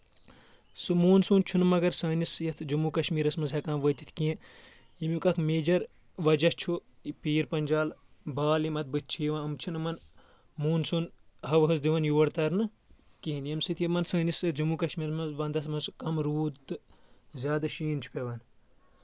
سُہ موٗنسوٗن چھُنہٕ مگر سٲنِس یتھ جموں کشمیٖرس منٛز ہؠکان وٲتِتھ کینٛہہ ییٚمیُک اکھ میجر وجہ چھُ پیٖر پَنجال بال یِم اتھ بٔتھۍ چھِ یِوان یِم چھِنہٕ یِمَن موٗنسوٗن ہواہَس دِوان یور ترنہٕ کِہیٖنۍ ییٚمہِ سۭتۍ یِمن سٲنِس جموں کشمیٖرس منٛز وَندَس منٛز کم روٗد تہٕ زیادٕ شیٖن چھُ پؠوان